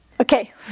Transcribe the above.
Okay